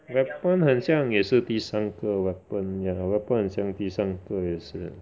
weapon 很像也是第三个 weapon ya weapon 很像第三个也是